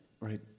right